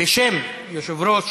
בשם יושב-ראש